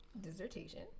dissertation